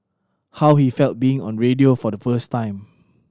how he felt being on radio for the first time